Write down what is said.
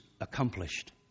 accomplished